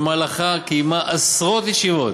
אשר במהלכה קיימה עשרות ישיבות,